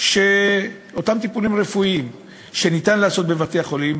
את אותם טיפולים רפואיים שניתן לעשות בבתי-החולים,